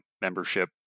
membership